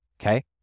okay